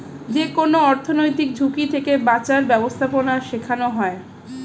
যেকোনো অর্থনৈতিক ঝুঁকি থেকে বাঁচার ব্যাবস্থাপনা শেখানো হয়